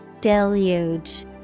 Deluge